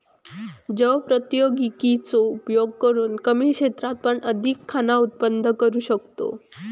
जैव प्रौद्योगिकी चो उपयोग करून कमी क्षेत्रात पण अधिक खाना उत्पन्न करू शकताव